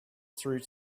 through